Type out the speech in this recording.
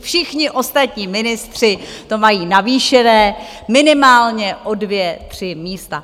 Všichni ostatní ministři to mají navýšené o minimálně o dvě, tři místa.